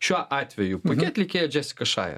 šiuo atveju kokia atlikėja džesika šai